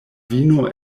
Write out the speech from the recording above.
vino